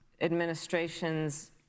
administration's